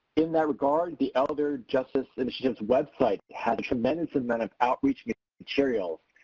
in that regard the elder justice initiative website has a tremendous amount of outreach materials.